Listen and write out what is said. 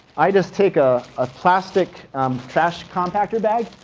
i just take a ah plastic um trash compacter bag.